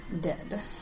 dead